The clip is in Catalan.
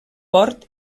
port